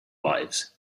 lives